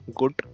good